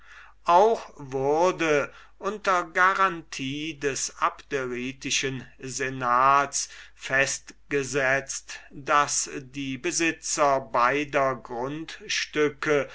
auch wurde unter garantie des abderitischen senats festgesetzt daß die besitzer beider grundstücke